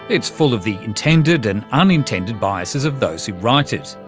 it's full of the intended and unintended biases of those who write it.